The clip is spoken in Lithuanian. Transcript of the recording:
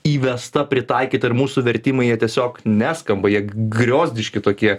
įvesta pritaikyta ir mūsų vertimai jie tiesiog neskamba jie griozdiški tokie